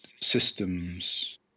systems